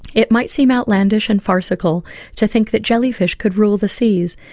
it might seem outlandish and farcical to think that jellyfish could rule the seas,